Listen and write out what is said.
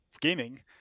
gaming